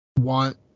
want